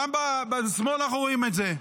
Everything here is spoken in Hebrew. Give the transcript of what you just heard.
גם בשמאל אנחנו רואים את זה,